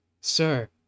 sir